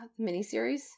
miniseries